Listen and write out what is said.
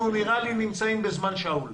שאנחנו נמצאים בזמן שאול,